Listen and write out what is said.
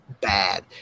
bad